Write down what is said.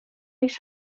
his